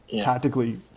tactically